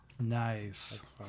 Nice